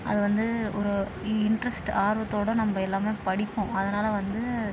அதை வந்து ஒரு இ இன்ட்ரெஸ்ட் ஆர்வத்தோடு நம்ம எல்லாமே படிப்போம் அதனால் வந்து